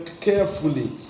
carefully